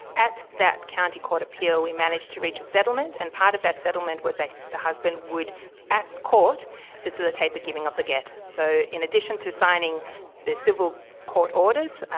at that county court appeal we managed to reach a settlement, and part of that settlement was that the husband would at court facilitate the giving of the gett. so in addition to signing the civil court orders,